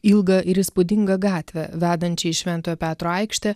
ilgą ir įspūdingą gatvę vedančią į šventojo petro aikštę